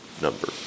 number